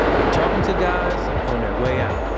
we're talking to guys on their way out.